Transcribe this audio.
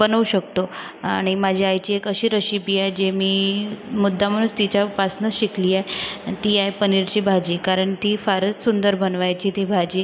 बनवू शकतो आणि माझ्या आईची एक अशी रशीपी आहे जे मी मुद्दामहूनच तिच्यापासूनच शिकली आहे ती आहे पनीरची भाजी कारण ती फारच सुंदर बनवायची ती भाजी